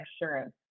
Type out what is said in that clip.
insurance